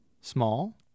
Small